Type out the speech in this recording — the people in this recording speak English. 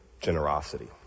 generosity